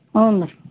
ಹ್ಞೂ ರೀ